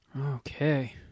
Okay